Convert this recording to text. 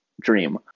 dream